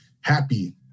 happy